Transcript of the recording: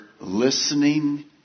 listening